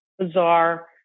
Bizarre